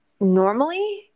normally